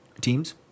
teams